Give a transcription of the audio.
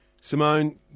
Simone